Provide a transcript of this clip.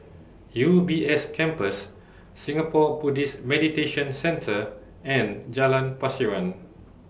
U B S Campus Singapore Buddhist Meditation Centre and Jalan Pasiran